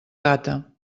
gata